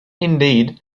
indeed